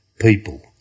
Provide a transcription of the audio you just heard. people